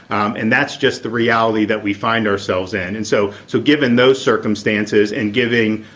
um and that's just the reality that we find ourselves in. and so so given those circumstances and giving,